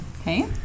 Okay